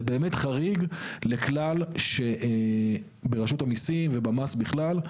זה באמת חריג לכלל שברשות המיסים ובמס בכלל,